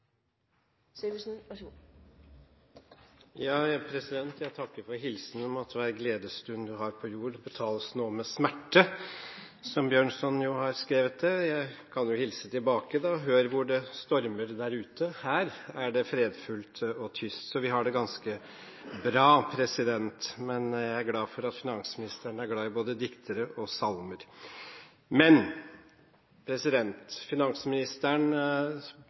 som kommer. Så har jeg sagt at vi nå, knyttet til avgiften på poser, skal gå grundig igjennom den fra Finansdepartementet side, finne en egnet innretning på det og komme tilbake til det før innførselstidspunktet 15. mars. Jeg takker for hilsenen om at hver gledesstund du har på jord, betales nå med smerte, som Bjørnson har skrevet det. Jeg kan jo hilse tilbake: «Hør hvor det stormer der ute. Her er det fredfullt og tyst.» Så vi har det ganske